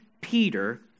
Peter